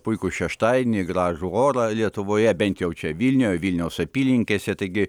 puikų šeštadienį gražų orą lietuvoje bent jau čia vilniuje vilniaus apylinkėse taigi